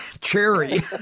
cherry